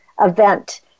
event